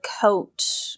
coat